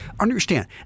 Understand